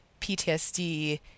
PTSD